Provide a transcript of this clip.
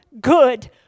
good